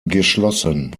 geschlossen